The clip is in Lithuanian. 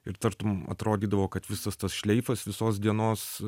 ir tartum atrodydavo kad visas tas šleifas visos dienos